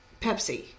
Pepsi